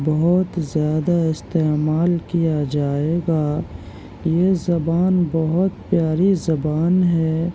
بہت زیادہ استعمال کیا جائے گا یہ زبان بہت پیاری زبان ہے